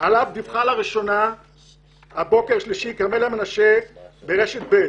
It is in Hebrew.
עליו דיווחה לראשונה הבוקר כרמלה מנשה ברשת ב',